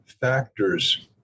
factors